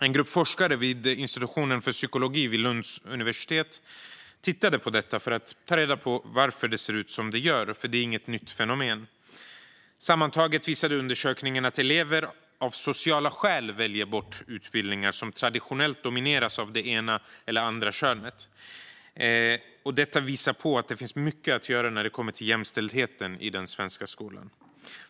En grupp forskare vid institutionen för psykologi vid Lunds universitet tittade på det för att ta reda på varför det ser ut som det gör. Det är inget nytt fenomen. Sammantaget visade undersökningen att elever av sociala skäl väljer bort utbildningar som traditionellt domineras av det ena eller andra könet. Detta visar att det finns mycket att göra när det kommer till jämställdheten i den svenska skolan.